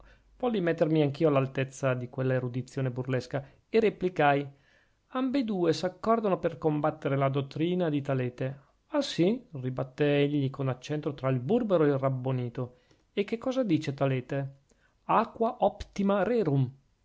juvabit volli mettermi anch'io all'altezza di quella erudizione burlesca e replicai ambedue s'accordano per combattere la dottrina di talete ah sì ribattè egli con accento tra il burbero e il rabbonito e che cosa dice talete aqua optima rerum